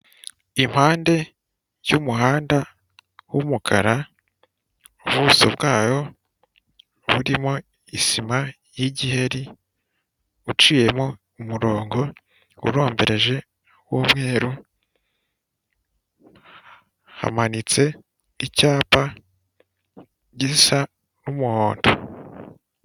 Impande y'umuhanda w'umukara, ubuso bwawo burimo isima y'igiheri, uciyemo umurongo urombereje w'umweru, hamanitse icyapa gisa n'umuhondo.